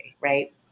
Right